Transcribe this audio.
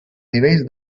nivells